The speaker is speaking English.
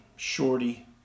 Shorty